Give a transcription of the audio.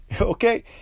Okay